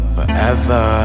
Forever